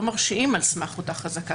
לא מרשיעים על סמך אותה חזקה.